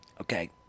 Okay